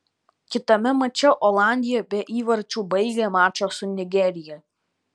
kitame mače olandija be įvarčių baigė mačą su nigerija